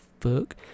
fuck